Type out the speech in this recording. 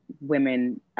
women